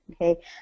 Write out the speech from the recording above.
Okay